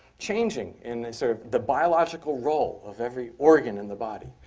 changing in sort of the biological role of every organ in the body.